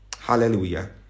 Hallelujah